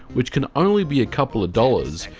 which can only be a couple of dollars.